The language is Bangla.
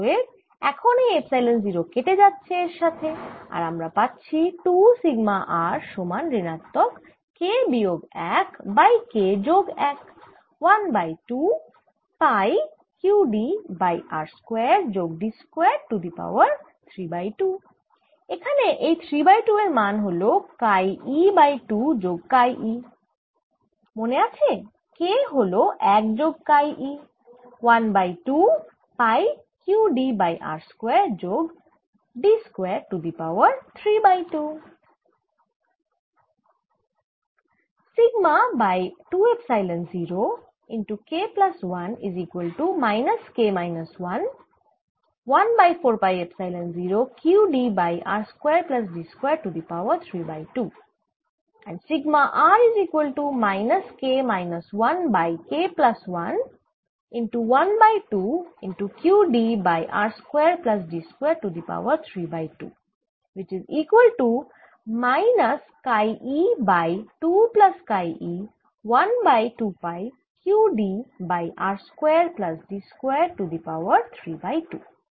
অতএব এখন এই এপসাইলন 0 কেটে যাচ্ছে এর সাথে আর আমরা পাচ্ছি 2 সিগমা r সমান ঋণাত্মক K বিয়োগ 1 বাই K যোগ 1 1 by 2 pi q d by r square যোগ d square to the power 3 by 2 এখানে এই 3 বাই 2 এর মান হল কাই e বাই 2 যোগ কাই e মনে আছে K হল 1 যোগ chi e 1 by 2 pi q d by r square যোগ d square to the power 3 by 2